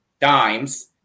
dimes